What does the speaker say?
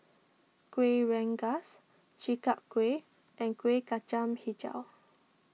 Kuih Rengas Chi Kak Kuih and Kuih Kacang HiJau